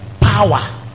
Power